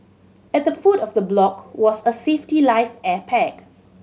at the foot of the block was a safety life air pack